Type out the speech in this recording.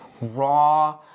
raw